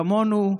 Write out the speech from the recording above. כמונו,